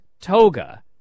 toga